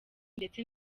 ndetse